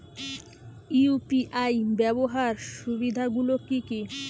UPI ব্যাবহার সুবিধাগুলি কি কি?